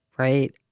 right